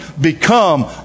become